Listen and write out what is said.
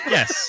Yes